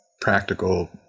practical